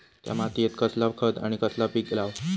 त्या मात्येत कसला खत आणि कसला पीक लाव?